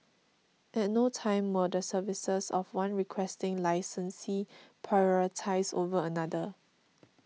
at no time were the services of one Requesting Licensee prioritise over another